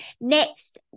Next